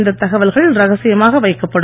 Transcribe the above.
இந்த தகவல்கள் ரகசியமாக வைக்கப்படும்